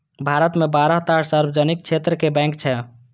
भारत मे बारह टा सार्वजनिक क्षेत्रक बैंक छै